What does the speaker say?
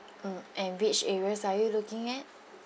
mm and which areas are you looking at